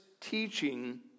teaching